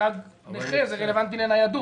תג נכה, זה רלבנטי לניידות.